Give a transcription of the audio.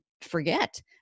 forget